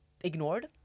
ignored